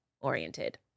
oriented